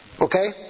Okay